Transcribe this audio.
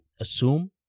assume